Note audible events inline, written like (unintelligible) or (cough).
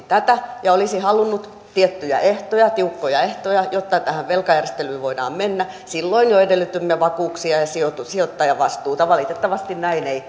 (unintelligible) tätä ja olisi halunnut tiettyjä tiukkoja ehtoja jotta tähän velkajärjestelyyn voidaan mennä silloin jo edellytimme vakuuksia ja sijoittajavastuuta valitettavasti näin ei (unintelligible)